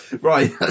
Right